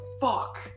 Fuck